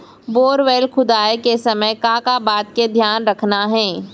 Borewell खोदवाए के समय का का बात के धियान रखना हे?